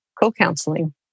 co-counseling